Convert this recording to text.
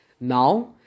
Now